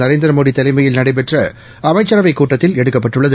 நரேந்திரமோடி தலைமயில் நடைபெற்ற அமைச்சரவைக் கூட்டத்தில் எடுக்கப்பட்டுள்ளது